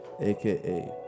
aka